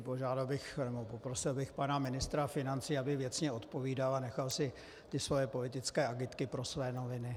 Požádal nebo poprosil bych pana ministra financí, aby věcně odpovídal a nechal si ty svoje politické agitky pro svoje noviny.